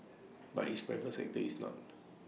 but its private sector is not